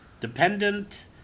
dependent